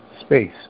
space